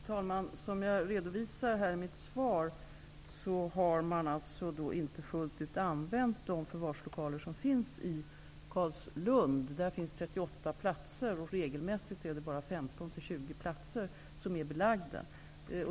Fru talman! Som jag redovisade i mitt svar har man inte fullt ut använt de förvarslokaler som finns i Carlslund, där det finns 38 platser. Regelmässigt är det bara 15--20 platser som är belagda.